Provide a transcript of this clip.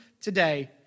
today